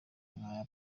nk’aya